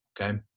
okay